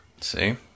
See